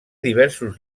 diversos